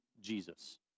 Jesus